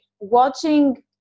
Watching